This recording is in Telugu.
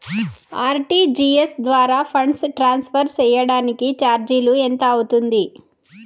ఆర్.టి.జి.ఎస్ ద్వారా ఫండ్స్ ట్రాన్స్ఫర్ సేయడానికి చార్జీలు ఎంత అవుతుంది